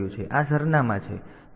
તેથી આ સરનામાં છે